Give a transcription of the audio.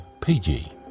PG